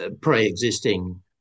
pre-existing